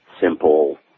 simple